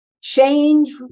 change